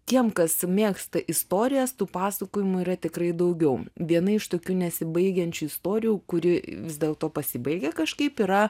tiem kas mėgsta istorijas tų pasakojimų yra tikrai daugiau viena iš tokių nesibaigiančių istorijų kuri vis dėlto pasibaigia kažkaip yra